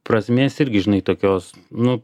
prasmės irgi žinai tokios nu